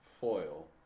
foil